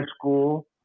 School